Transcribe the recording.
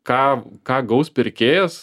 ką ką gaus pirkėjas